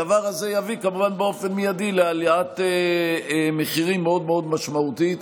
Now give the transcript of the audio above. הדבר הזה יביא כמובן באופן מיידי להעלאת מחירים מאוד מאוד משמעותית.